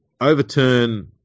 overturn